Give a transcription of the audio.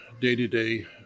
day-to-day